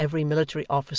that every military officer,